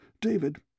David